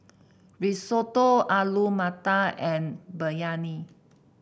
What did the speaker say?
Risotto Alu Matar and Biryani